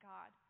God